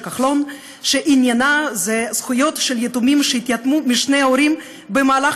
כחלון שעניינה זכויות של יתומים שהתייתמו משני ההורים במהלך